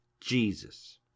Jesus